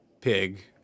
pig